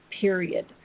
Period